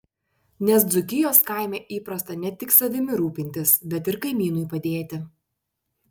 nes dzūkijos kaime įprasta ne tik savimi rūpintis bet ir kaimynui padėti